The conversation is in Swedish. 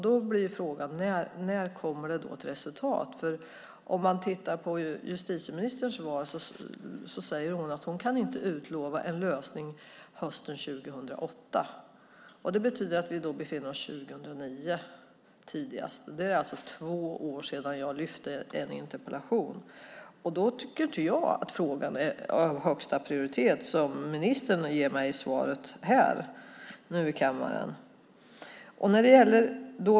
Då blir frågan: När kommer ett resultat? Justitieministern säger ju i sitt svar att hon inte kan utlova en lösning 2008. Det betyder att det blir tidigast 2009. Då är det alltså två år sedan jag ställde min första interpellation i ärendet. Därför tycker inte jag att frågan har högsta prioritet, som ministern säger i svaret här i kammaren.